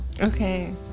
Okay